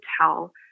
tell